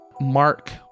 Mark